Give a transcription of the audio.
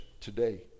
today